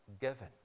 given